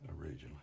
originally